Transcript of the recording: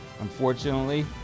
Unfortunately